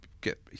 get